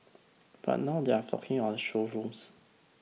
but now they are flocking on showrooms